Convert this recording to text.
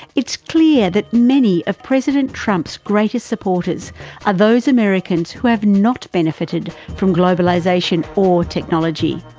it's clear that many of president trump's greatest supporters are those americans who have not benefited from globalisation or technology.